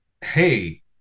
hey